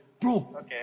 Bro